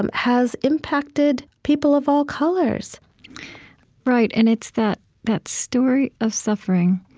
and has impacted people of all colors right, and it's that that story of suffering,